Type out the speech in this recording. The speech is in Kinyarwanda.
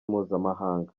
mpuzamahanga